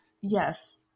Yes